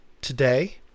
today